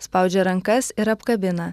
spaudžia rankas ir apkabina